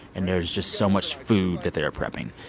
and there's just so much food that they are prepping.